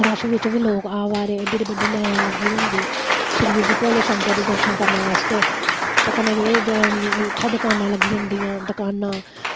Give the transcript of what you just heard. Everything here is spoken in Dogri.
रश बिच्च बी लोक आवा दे एड्डी एड्डी बड्डी लैन लग्गी दी होंदी शिबजी भोले शंकर दे दर्शन करने बास्ते ते कन्नै जेह्ड़े इत्थै दकानां लग्गी जंदियां दकानां